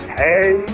hey